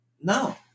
No